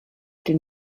den